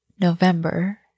November